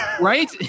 right